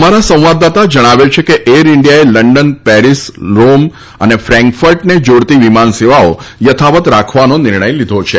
અમારા સંવાદદાતા જણાવે છે કે એર ઇન્ડિયાએ લંડન પેરિસ રોમ અને ફેન્કફર્ટને જોડતી વિમાન સેવાઓ યથાવત રાખવાનો નિર્ણય લીધો છે